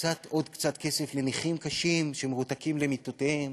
עוד קצת כסף לנכים קשים שמרותקים למיטותיהם,